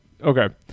okay